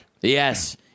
Yes